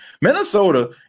Minnesota